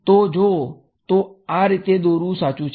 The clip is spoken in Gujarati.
તેથી જોઓ તો આ રીતે દોરવું સાચું છે